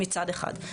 מצד אחד.